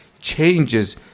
changes